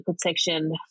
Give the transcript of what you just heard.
protection